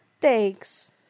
Thanks